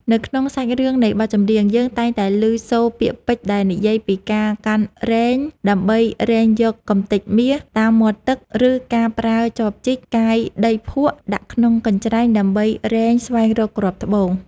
នៅក្នុងសាច់រឿងនៃបទចម្រៀង យើងតែងតែឮសូរពាក្យពេចន៍ដែលនិយាយពីការកាន់រែង ដើម្បីរែងយកកំទេចមាសតាមមាត់ទឹក ឬការប្រើ ចបជីក កាយដីភក់ដាក់ក្នុងកញ្ច្រែង ដើម្បីរែងស្វែងរកគ្រាប់ត្បូង។